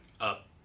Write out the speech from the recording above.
up